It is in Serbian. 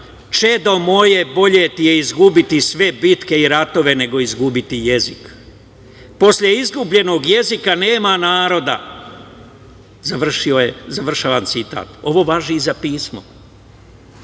„Čedo moje, bolje ti je izgubiti sve bitke i ratove nego izgubiti jezik. Posle izgubljenog jezika nema naroda.“ Završavam citat. Ovo važi i za pismo. Naši